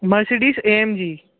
Mercedes AMG